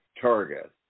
target